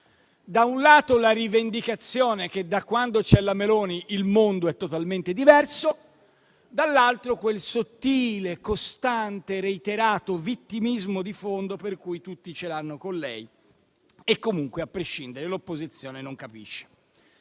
da un lato, la rivendicazione che da quando c'è la Meloni il mondo è totalmente diverso; dall'altro quel sottile, costante e reiterato vittimismo di fondo per cui tutti ce l'hanno con lei e comunque, a prescindere, l'opposizione non capisce.